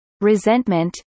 resentment